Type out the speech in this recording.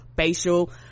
facial